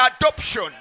adoption